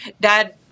Dad